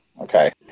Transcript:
Okay